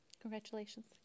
Congratulations